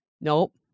Nope